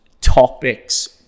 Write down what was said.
topics